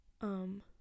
um-